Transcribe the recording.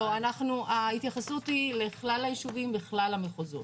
לא, ההתייחסות היא לכלל היישובים וכלל המחוזות.